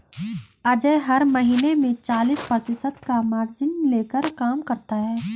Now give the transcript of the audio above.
अजय हर महीने में चालीस प्रतिशत का मार्जिन लेकर काम करता है